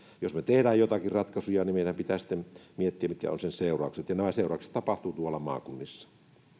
jos me teemme joitakin ratkaisuja meidän pitää sitten miettiä mitkä ovat sen seuraukset ja nämä seuraukset tapahtuvat tuolla maakunnissa